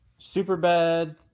Superbad